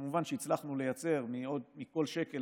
כמובן שהצלחנו לייצר מכל שקל,